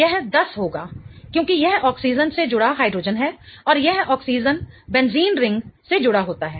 यह 10 होगा क्योंकि यह ऑक्सीजन से जुड़ा हाइड्रोजन है और यह ऑक्सीजन बेंजीन रिंग से जुड़ा होता है